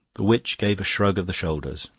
the witch gave a shrug of the shoulders.